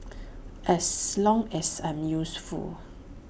as long as I'm useful